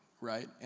right